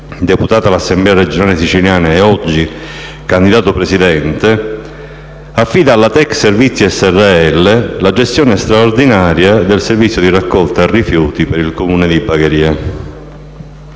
deputato all'Assemblea regionale siciliana ed oggi candidato a Presidente, affida alla Tech Servizi Srl la gestione straordinaria del servizio di raccolta di rifiuti per il Comune di Bagheria.